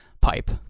pipe